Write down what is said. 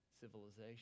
Civilization